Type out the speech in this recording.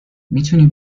میتونی